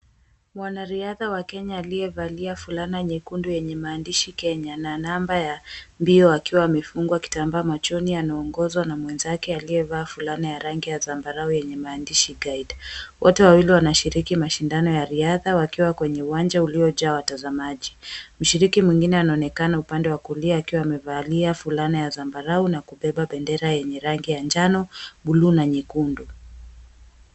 Mwanariadha wa Kenya aliyevalia fulana nyekundu yenye maandishi Kenya namba ya mbio akiwa amefungwa kitambaa machoni anaongozwa na mwenzake aliyevaa fulana ya zambarau yenye maandishi guide. Wote wawili wanashiriki mashindano ya riadha wakiwa kwenye uwanja uliojaa watazamaji. Mshiriki mwingine anaonekana upande wa kulia akiwa amevalia fulana ya zambarau na kubeba bendera yenye rangi ya njano, buluu na nyekundu.